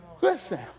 Listen